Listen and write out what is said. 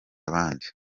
abandi